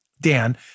Dan